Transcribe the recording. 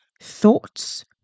thoughts